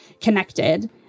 connected